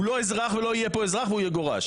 לא אזרח ולא יהיה פה אזרח והוא יגורש.